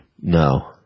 No